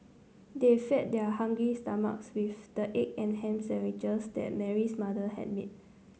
they feed their hungry stomachs with the egg and ham sandwiches that Mary's mother had made